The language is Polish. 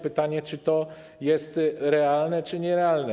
Pytanie: Czy to jest realne czy nierealne?